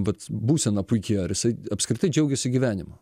vat būsena puiki ar jisai apskritai džiaugiasi gyvenimu